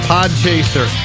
Podchaser